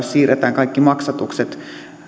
siirretään kaikki maksatukset